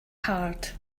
hard